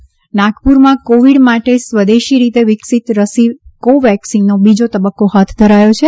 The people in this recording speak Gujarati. કોવેક્સિન નાગપુરમાં કોવિડ માટે સ્વદેશી રીતે વિકસિત રસી કોવેક્સિનનો બીજો તબક્કો હાથ ધરાયો છે